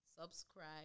Subscribe